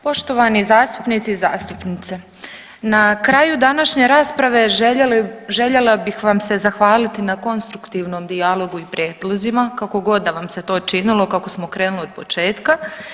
Poštovani zastupnici i zastupnice, na kraju današnje rasprave željela bih vam se zahvaliti na konstruktivnom dijalogu i prijedlozima kako god da vam se to činilo kako smo krenuli od početka.